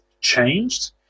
changed